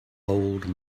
old